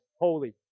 holy